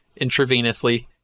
intravenously